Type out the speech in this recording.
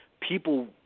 people